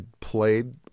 played